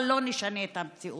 אבל לא נשנה את המציאות.